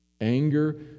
anger